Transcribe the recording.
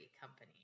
company